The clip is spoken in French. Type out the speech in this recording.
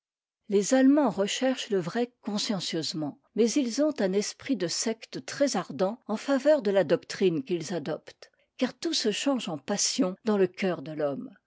les allemands recherchent le vrai consciencieusement mais ils ont un esprit de secte très ardent en faveur de la doctrine qu'ils adoptent car tout se change en passion dans le coeur de l'homme